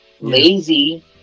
lazy